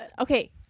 okay